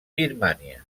birmània